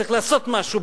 צריך לעשות משהו,